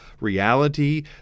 reality